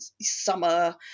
summer